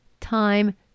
time